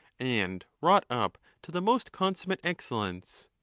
and wrought up to the most consummate excellence.